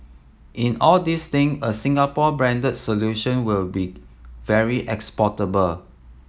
in all these thing a Singapore branded solution will be very exportable